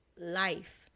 life